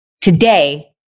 Today